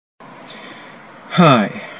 Hi